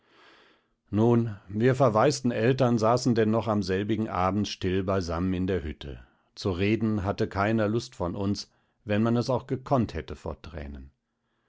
nun wir verwaisten eltern saßen denn noch selbigen abends still beisammen in der hütte zu reden hatte keiner lust von uns wenn man es auch gekonnt hätte vor tränen